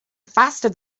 faster